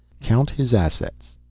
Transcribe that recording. count his assets.